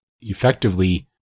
Effectively